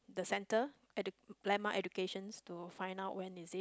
the centre ed~ landmark educations to find out when is it